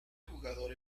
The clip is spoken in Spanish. jugador